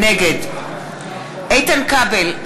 נגד איתן כבל,